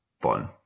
fun